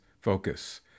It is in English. focus